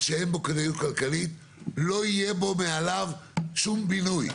החלטת על מקום שאין בו כדאיות כלכלית לא יהיה בו מעליו שום בינוי.